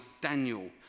Daniel